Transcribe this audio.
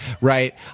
right